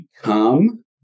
become